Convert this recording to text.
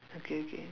okay K